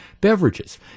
beverages